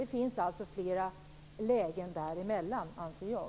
Det finns alltså flera lägen däremellan, anser jag.